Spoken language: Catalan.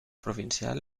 provincial